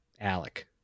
Alec